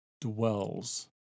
dwells